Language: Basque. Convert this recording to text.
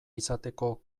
izateko